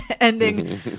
ending